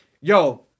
yo